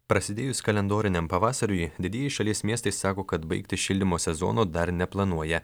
prasidėjus kalendoriniam pavasariui didieji šalies miestai sako kad baigti šildymo sezono dar neplanuoja